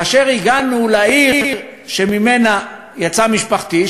הגענו לעיר שממנה יצאה משפחתי,